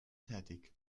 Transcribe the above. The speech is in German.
tätig